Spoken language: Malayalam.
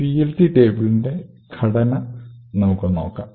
PLT ടേബിളിന്റെ ഘടന നമുക്കൊന്ന് നോക്കാം